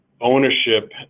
ownership